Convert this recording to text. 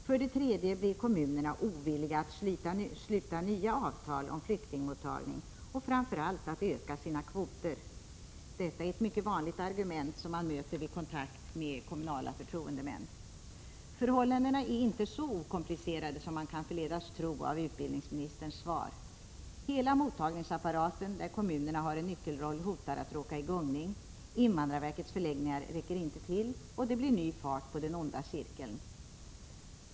För det tredje blir kommunerna ovilliga att sluta nya avtal om flyktingmottagning och framför allt att öka sina kvoter. Detta är ett mycket vanligt argument som man möter vid kontakter med kommunala förtroendemän. Förhållandena är inte så okomplicerade som man kan förledas tro av utbildningsministerns svar. Hela mottagningsapparaten, där kommunerna har en nyckelroll, hotar att råka i gungning, invandrarverkets förläggningar räcker inte till och det blir så att säga ny fart på den onda cirkeln, så att säga.